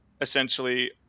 essentially